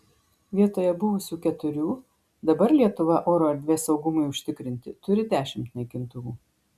vietoje buvusių keturių dabar lietuva oro erdvės saugumui užtikrinti turi dešimt naikintuvų